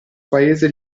paese